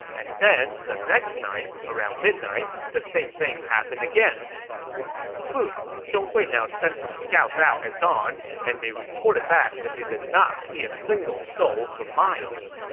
and then, the next night, around midnight, the same thing happened again spooked, zhong hui now sent some scouts out at dawn, and they reported back that they did not see a single soul for miles.